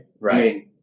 Right